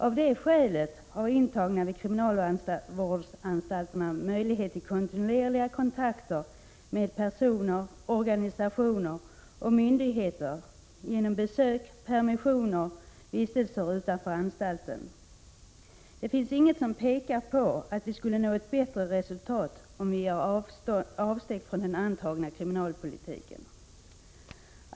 Av det skälet har intagna vid kriminalvårdsanstalterna möjlighet till kontinuerliga kontakter med personer, organisationer och myndigheter genom besök, permissioner och vistelser utanför anstalten. Det finns inget som pekar på att vi skulle nå ett bättre resultat, om vi gör avsteg från den antagna kriminalpolitiken.